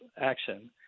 action –